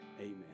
amen